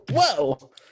Whoa